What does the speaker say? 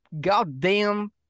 goddamn